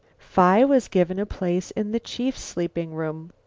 phi was given a place in the chief's sleeping room.